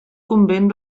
convent